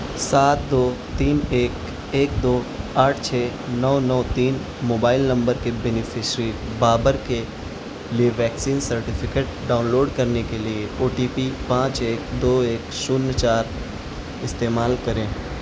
سات دو تین ایک ایک دو آٹھ چھ نو نو تین موبائل نمبر کے بینیفیشری بابر کے لیے ویکسین سرٹیفکیٹ ڈاؤن لوڈ کرنے کے لیے او ٹی پی پانچ ایک دو ایک شونیہ چار استعمال کریں